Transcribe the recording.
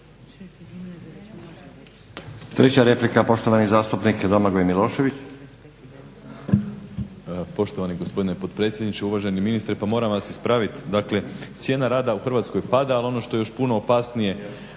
Treća replika poštovani zastupnik Domagoj Milošević.